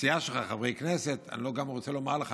הסיעה שלך הם חברי כנסת, אני גם רוצה לא להגיד לך